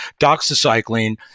doxycycline